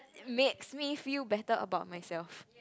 makes me feel better about myself